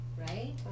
right